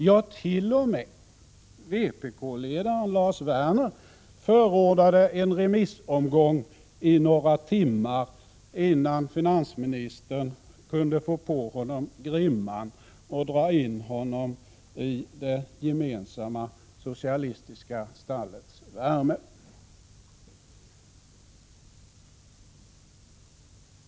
Ja, t.o.m. vpk-ledaren Lars Werner förordade en remissomgång i några timmar innan finansministern kunde få på honom grimman och dra in honom i det gemensamma socialistiska stallets värme.